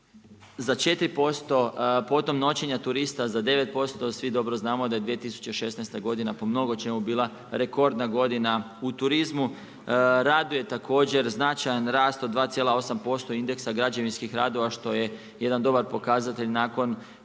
za 4%, potom noćenje turista za 9%, svi dobro znamo da je 2016. godina po mnogo čemu bila rekordna godina u turizmu. Raduje također značajan rast od 2,8% indeksa građevinskih radova što je jedan dobar pokazatelj nakon